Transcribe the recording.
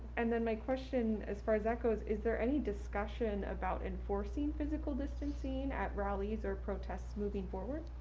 and then my question, as far as that goes, is there any discussion about enforcing physical distancing at rallies or protests moving forward?